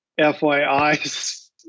FYI